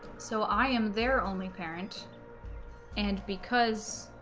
so i am their only parent and because